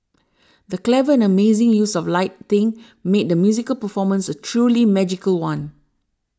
the clever and amazing use of lighting made the musical performance a truly magical one